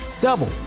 double